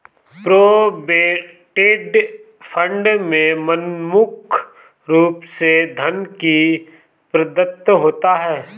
provident fund में मुख्य रूप से धन ही प्रदत्त होता है